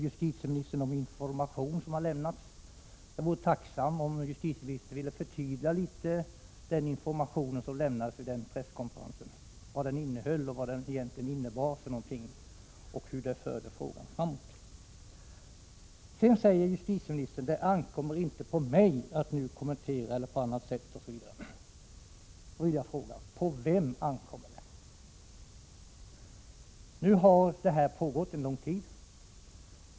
Justitieministern talar om information som har lämnats. Jag vore tacksam om justitieministern ville förtydliga vad den informationen egentligen innehöll och innebar och hur den förde frågan framåt. Sedan säger justitieministern: ”Det ankommer inte på mig att nu kommentera eller på annat sätt styra den information som lämnas.” Då vill jag fråga: På vem ankommer det? Nu har det här pågått en lång tid.